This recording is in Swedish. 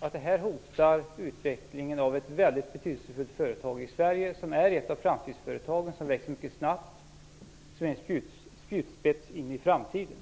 hotas ändå utvecklingen av ett i Sverige väldigt betydelsefullt företag, ett av framtidsföretagen, som växer mycket snabbt och som är en spjutspets in i framtiden.